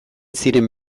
ziren